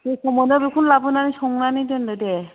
जेखौ मोनो बेखौनो लाबोनानै संनानै दोनदो दे